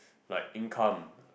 like income